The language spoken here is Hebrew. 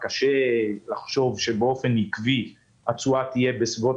קשה לחשוב שבאופן עקבי התשואה תהיה בסביבות